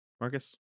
Marcus